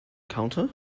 counter